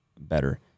better